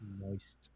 moist